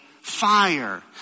fire